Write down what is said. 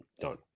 Done